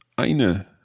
eine